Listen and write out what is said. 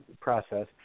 process